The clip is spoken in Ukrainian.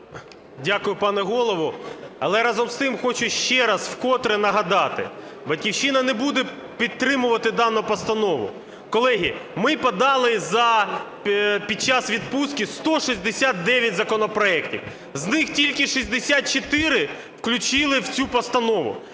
Дякую, пане Голово. Але разом з тим хочу ще раз вкотре нагадати: "Батьківщина" не буде підтримувати дану постанову. Колеги, ми подали під час відпустки 169 законопроектів, з них тільки 64 включили в цю постанову.